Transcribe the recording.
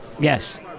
Yes